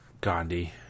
Gandhi